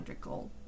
gold